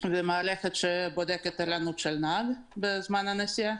ומערכת שבודקת ערנות נהג בזמן הנסיעה